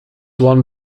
one